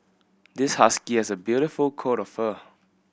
this husky has a beautiful coat of fur